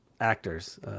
actors